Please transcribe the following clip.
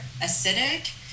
acidic